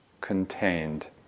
contained